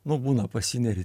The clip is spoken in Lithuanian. nu būna pasineri